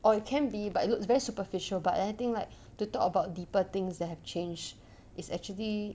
or it can be but it looks very superficial but I think like to talk about deeper things that have change is actually